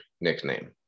nickname